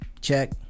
Check